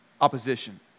opposition